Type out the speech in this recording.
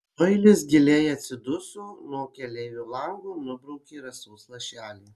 doilis giliai atsiduso nuo keleivio lango nubraukė rasos lašelį